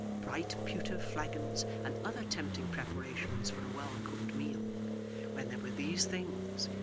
bright pewter flagons, and other tempting preparations for a well-cooked meal when there were these things,